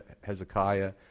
Hezekiah